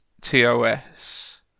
TOS